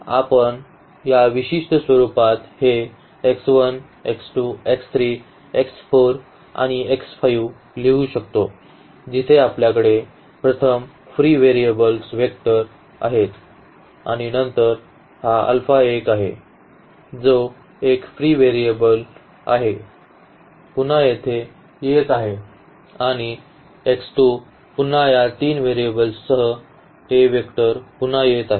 तर आता आपण या विशिष्ट स्वरुपात हे x 1 x 2 x 3 x 4 आणि x 5 लिहू शकतो जिथे आपल्याकडे प्रथम फ्री व्हेरिएबल्स व्हेक्टर आहेत आणि नंतर हा अल्फा 1 आहे जो एक व्हेरिएबल फ्री व्हेरिएबल आहे पुन्हा येथे येत आहे आणि x2 पुन्हा या तीन व्हेरिएबलसह हे वेक्टर पुन्हा येत आहे